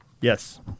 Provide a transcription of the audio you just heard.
yes